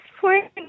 point